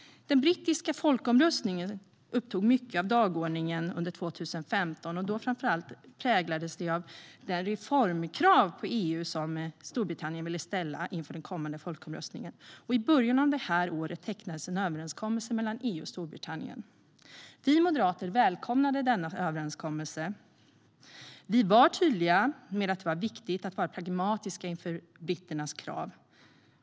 Den brittiska folkomröstningen upptog en stor del av dagordningen under 2015. Dagordningen präglades framför allt av de reformkrav som Storbritannien ville ställa på EU inför den kommande folkomröstningen. I början av det här året tecknades en överenskommelse mellan EU och Storbritannien. Moderaterna välkomnade den. Vi var tydliga med att det var viktigt att vara pragmatiska inför britternas krav.